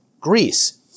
Greece